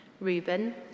Reuben